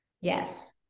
Yes